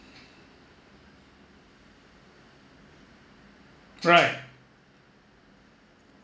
right